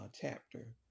chapter